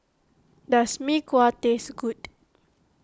does Mee Kuah taste good